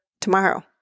tomorrow